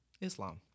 Islam